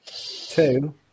Two